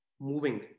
moving